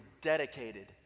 dedicated